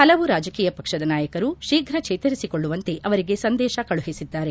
ಪಲವು ರಾಜಕೀಯ ಪಕ್ಷದ ನಾಯಕರು ಶೀಘ್ರ ಚೇತರಿಸಿಕೊಳ್ಳುವಂತೆ ಅವರಿಗೆ ಸಂದೇತ ಕಳುಹಿಸಿದ್ದಾರೆ